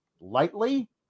lightly